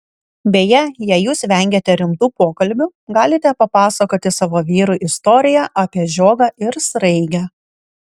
beje jei jūs vengiate rimtų pokalbių galite papasakoti savo vyrui istoriją apie žiogą ir sraigę